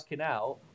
out